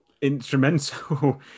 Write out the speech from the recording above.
Instrumental